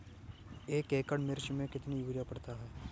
एक एकड़ मिर्च की खेती में कितना यूरिया पड़ता है?